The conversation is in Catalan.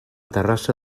terrassa